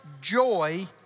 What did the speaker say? joy